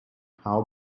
how